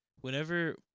Whenever